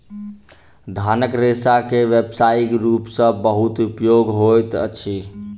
धानक रेशा के व्यावसायिक रूप सॅ बहुत उपयोग होइत अछि